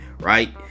...right